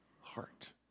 heart